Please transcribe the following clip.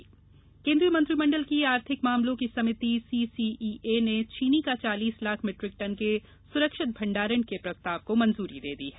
चीनी भंडारण केंद्रीय मंत्रिमंडल की आर्थिक मामलों की समिति सीसीईए ने चीनी का चालीस लाख मीट्रिक टन के सुरक्षित भंडारण के प्रस्ताव को मंजूरी दे दी है